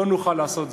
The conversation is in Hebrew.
לא נוכל לעשות זאת.